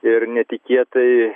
ir netikėtai